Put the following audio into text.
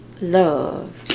love